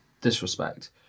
disrespect